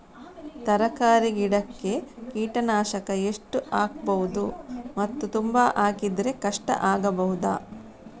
ತರಕಾರಿ ಗಿಡಕ್ಕೆ ಕೀಟನಾಶಕ ಎಷ್ಟು ಹಾಕ್ಬೋದು ಮತ್ತು ತುಂಬಾ ಹಾಕಿದ್ರೆ ಕಷ್ಟ ಆಗಬಹುದ?